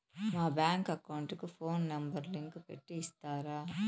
మా bank account కు phone number link పెట్టి ఇస్తారా?